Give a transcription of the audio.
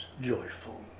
joyful